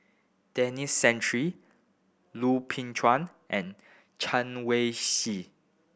Denis Santry Lui Ping Chuen and Chen Wen Hsi